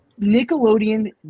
Nickelodeon